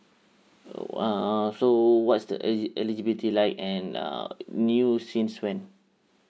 oh !wow! so what is the eligi~ eligibility like and uh new since when